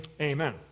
amen